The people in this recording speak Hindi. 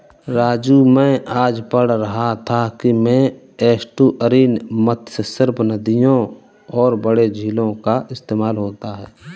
राजू मैं आज पढ़ रहा था कि में एस्टुअरीन मत्स्य सिर्फ नदियों और बड़े झीलों का इस्तेमाल होता है